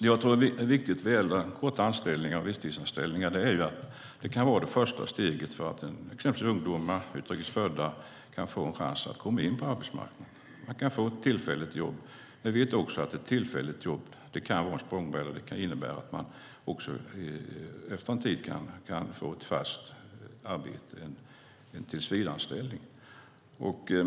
Jag tror att det är viktigt att minnas vad gäller korta anställningar och visstidsanställningar att det kan vara det första steget för ungdomar och utrikes födda till att få en chans att komma in på arbetsmarknaden. Man kan få ett tillfälligt jobb, och ett sådant kan vara en språngbräda och innebära att man efter en tid kan få en tillsvidareanställning.